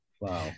Wow